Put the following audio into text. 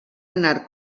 anar